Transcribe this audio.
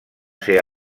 ser